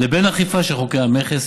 לבין אכיפה של חוקי המכס,